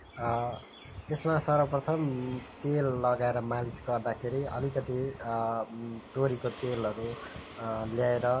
यसमा सर्वप्रथम तेल लगाएर मालिस गर्दा खेरि अलिकति तोरीको तेलहरू ल्याएर